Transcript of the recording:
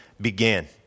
began